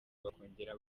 bakongera